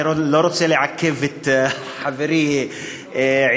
אני לא רוצה לעכב את חברי עיסאווי,